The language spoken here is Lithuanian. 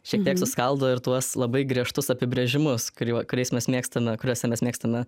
šiek tiek suskaldo ir tuos labai griežtus apibrėžimus kurie kuriais mes mėgstame kuriuose mes mėgstame